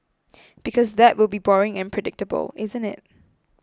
because that will be boring and predictable isn't it